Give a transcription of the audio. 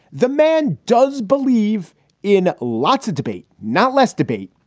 the man does believe in lots of debate, not less debate.